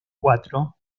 cuatro